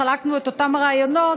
אנחנו חלקנו את אותם הרעיונות